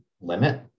limit